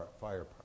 fire